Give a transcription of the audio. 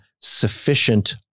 sufficient